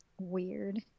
Weird